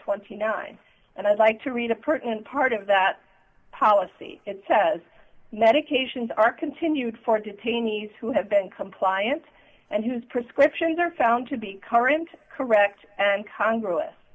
twenty nine cents and i'd like to read a pertinent part of that policy it says medications are continued for detainees who have been compliant and whose prescriptions are found to be current correct and congress